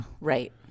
Right